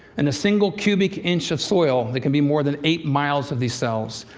in a single cubic inch of soil, there can be more than eight miles of these cells.